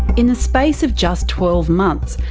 in the space of just twelve months,